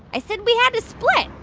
i said we had to split.